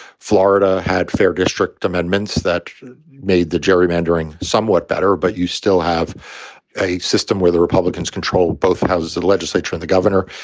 florida had fair districts amendments that made the gerrymandering somewhat better. but you still have a system where the republicans control both houses of the legislature and the governor.